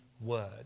word